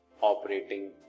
operating